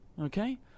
okay